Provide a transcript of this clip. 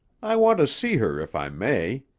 i want to see her if i may.